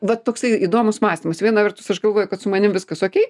va toksai įdomus mąstymas viena vertus aš galvoju kad su manim viskas okei